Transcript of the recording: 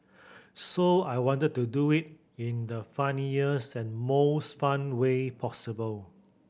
so I wanted to do it in the funniest and most fun way possible